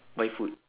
buy food